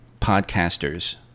podcasters